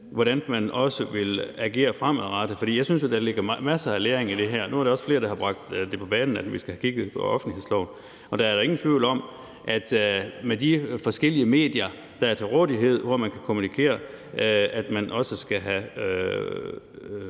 hvordan man vil agere fremadrettet. Jeg synes, at der ligger masser af læring i det her. Nu er der også flere, der har bragt på banen, at vi skal have kigget på offentlighedsloven, og der er da ingen tvivl om, at med de forskellige medier, der er til rådighed, som man kan kommunikere via, så skal man